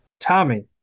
Tommy